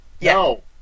No